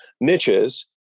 niches